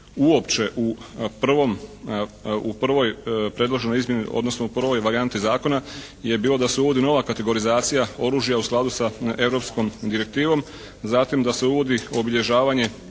odnosno u prvoj varijanti zakona je bilo da se uvodi nova kategorizacija oružja u skladu sa europskom direktivom. Zatim da se uvodi obilježavanje